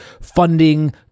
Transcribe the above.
funding